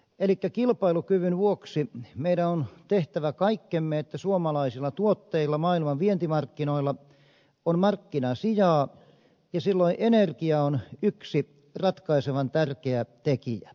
elikkä kilpailukyvyn vuoksi meidän on tehtävä kaikkemme että suomalaisilla tuotteilla maailman vientimarkkinoilla on markkinasijaa ja silloin energia on yksi ratkaisevan tärkeä tekijä